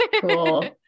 Cool